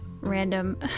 random